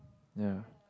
ya